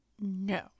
No